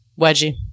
Wedgie